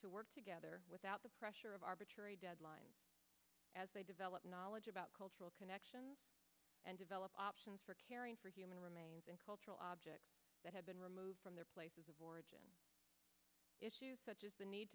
to work together without the pressure of arbitrary deadlines as they develop knowledge about cultural connections and develop options for caring for human remains and cultural objects that have been removed from their places of origin issues such as the need